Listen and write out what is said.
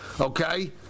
okay